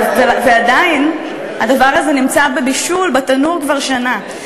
ועדיין, הדבר הזה נמצא בבישול בתנור כבר שנה.